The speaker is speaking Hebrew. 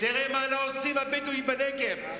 תראה מה עושים הבדואים בנגב,